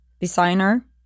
designer